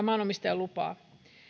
maanomistajan lupaa